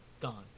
Gone